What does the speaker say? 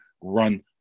run